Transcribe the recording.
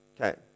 okay